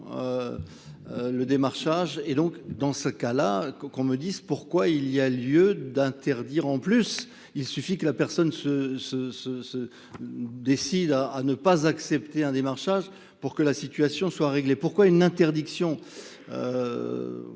le démarchage et donc dans ce cas-là qu'on me dise pourquoi il y a lieu d'interdire en plus. Il suffit que la personne se... décide à ne pas accepter un démarchage pour que la situation soit réglée. Pourquoi une interdiction ?